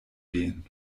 gehen